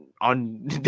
on